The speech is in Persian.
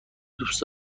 دوست